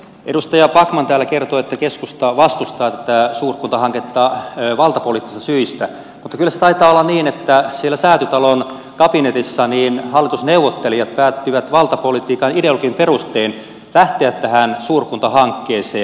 edustaja backman täällä kertoi että keskusta vastustaa tätä suurkuntahanketta valtapoliittisista syistä mutta kyllä se taitaa olla niin että siellä säätytalon kabinetissa hallitusneuvottelijat päättivät valtapolitiikan ideologian perustein lähteä tähän suurkuntahankkeeseen